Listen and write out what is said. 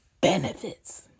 benefits